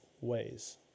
ways